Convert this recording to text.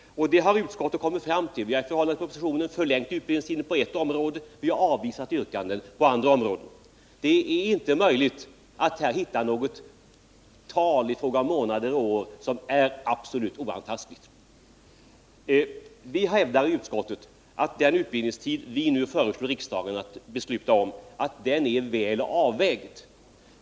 Utskottet har i förhållande till propositionen förlängt utbildningstiden på ett område, vi har avvisat yrkanden på andra områden. Det är inte möjligt att här hitta något tal i fråga om månader och år som är absolut oantastligt. Vi i utskottet hävdar att den utbildningstid vi nu föreslår riksdagen att besluta om är väl avvägd.